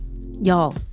Y'all